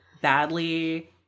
badly